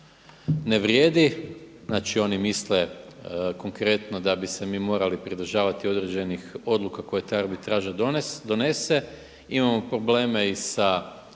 ne vrijedi, znači oni misle konkretno da bi se mi morali pridržavati određenih odluka koje ta arbitraža donese. Imamo probleme i sa